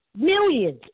Millions